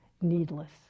needless